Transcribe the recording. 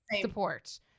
support